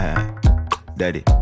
Daddy